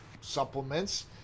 supplements